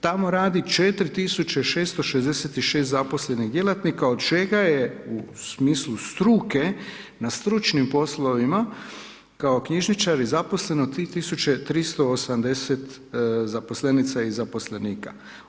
Tako radi 4666 zaposlenih djelatnika, od čega je u smislu struke, na stručnim poslovima, kao knjižničari, zaposleno 3380 zaposlenica i zaposlenika.